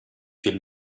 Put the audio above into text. viel